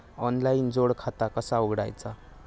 Online जोड खाता कसा उघडायचा?